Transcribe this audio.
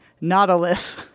Nautilus